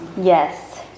Yes